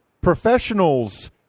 professionals